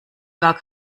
gar